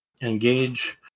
Engage